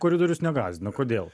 koridorius negąsdina kodėl